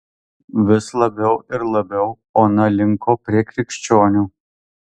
vis labiau ir labiau ona linko prie krikščionių